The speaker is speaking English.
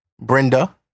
Brenda